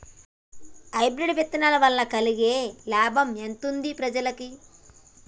Hybrid విత్తనాల వలన కలిగే లాభం ఎంతుంది ప్రజలకి?